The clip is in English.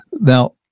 Now